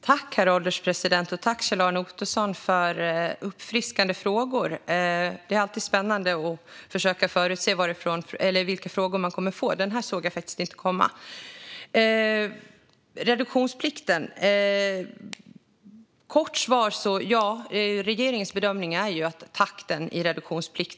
Herr ålderspresident! Tack, Kjell-Arne Ottosson, för uppfriskande frågor! Det är alltid spännande att försöka förutse vilka frågor man kommer att få, och den här såg jag faktiskt inte komma. När det gäller reduktionsplikten är det korta svaret att regeringens bedömning är att takten är fullt rimlig.